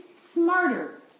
smarter